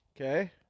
Okay